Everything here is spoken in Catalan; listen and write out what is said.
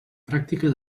pràctica